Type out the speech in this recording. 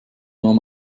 nahm